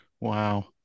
Wow